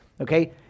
Okay